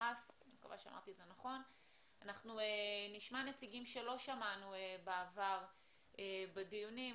נשמע נציגים שלא שמענו בעבר בדיונים,